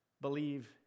Believe